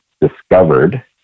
discovered